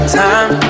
time